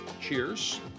cheers